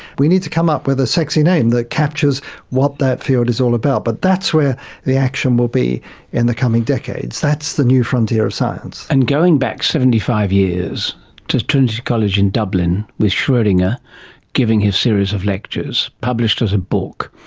we need to come up with a sexy name that captures what that field is all about. but that's where the action will be in the coming decades, that's the new frontier of science. and going back seventy five years to trinity college in dublin with schrodinger giving his series of lectures published as a book,